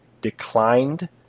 declined